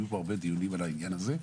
יהיו פה הרבה דיונים על העניין הזה,